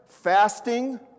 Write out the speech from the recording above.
fasting